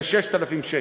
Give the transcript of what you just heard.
זה 6,000 שקל.